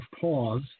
pause